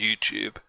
YouTube